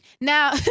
now